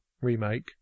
remake